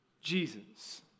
Jesus